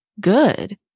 good